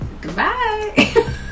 Goodbye